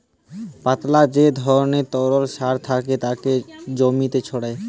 পাতলা যে ধরণের তরল সার থাকে তাকে জমিতে ছড়ায়